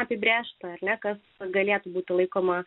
apibrėžta ne kas galėtų būti laikoma